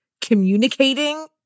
communicating